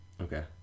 Okay